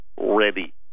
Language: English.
ready